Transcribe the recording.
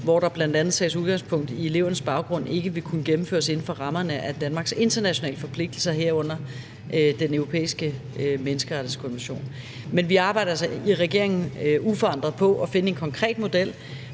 hvor der bl.a. tages udgangspunkt i elevernes baggrund, ikke vil kunne gennemføres inden for rammerne af Danmarks internationale forpligtelser, herunder Den Europæiske Menneskerettighedskonvention. Men vi arbejder altså i regeringen uforandret på at finde en konkret model,